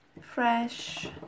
fresh